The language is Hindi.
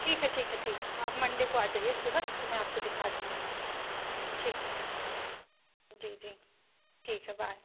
ठीक है ठीक है ठीक आप मंडे को आ जाइए सुबह तो मैं आपको दिखा दूँगी ठीक है जी जी ठीक है बाय